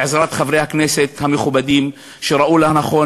בעזרת חברי הכנסת המכובדים שראו לנכון